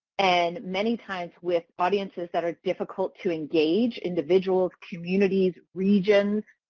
and many times with audiences that are difficult to engage, individuals, communities, regions,